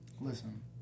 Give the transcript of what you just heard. listen